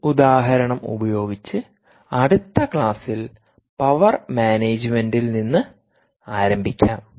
ഈ ഉദാഹരണം ഉപയോഗിച്ച് അടുത്ത ക്ലാസിൽ പവർ മാനേജുമെന്റിൽ നിന്ന് ആരംഭിക്കാം